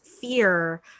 fear